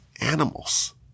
animals